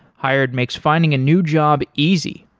hired makes finding a new job easy.